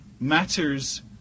matters